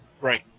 Right